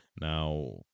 Now